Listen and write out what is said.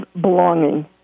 belonging